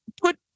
put